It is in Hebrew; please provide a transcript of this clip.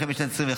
החל משנת 2021,